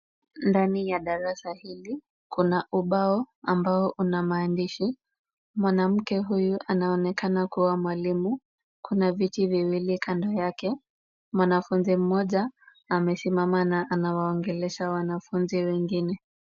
Ndani ya darasa hili kuna ubao ambao una maandishi. Mwanamke huyu anaonekana kuwa mwalimu, kuna viti viwili kando yake, mwanafunzi mmoja amesimama na anawaongelesha wanafunzi wengine.